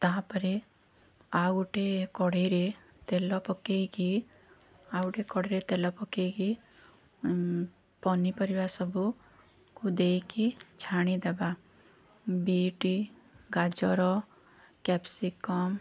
ତାହାପରେ ଆଉ ଗୋଟେ କଢ଼େଇରେ ତେଲ ପକେଇକି ଆଉ ଗୋଟେ କଢ଼େଇରେ ତେଲ ପକେଇକି ପନିପରିବା ସବୁକୁ ଦେଇକି ଛାଣିଦେବା ବିଟ୍ ଗାଜର କ୍ୟାପ୍ସିକମ୍